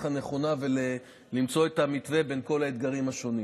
הנכונה ולמצוא את המתווה בין כל האתגרים השונים.